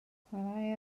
chwaraea